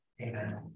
amen